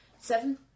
seven